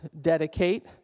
dedicate